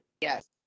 Yes